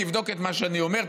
תבדוק את מה שאני אומר,